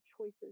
choices